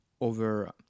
over